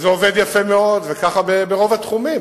וזה עובד יפה מאוד, וכך ברוב התחומים.